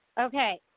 Okay